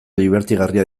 dibertigarria